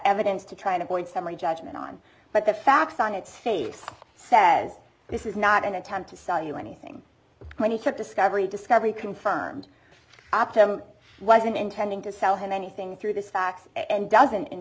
evidence to try and avoid summary judgment on but the facts on its face says this is not an attempt to sell you anything when he took discovery discovery confirmed opt him wasn't intending to sell him anything through this fax and doesn't in